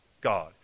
God